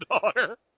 Daughter